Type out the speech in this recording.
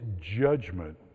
judgment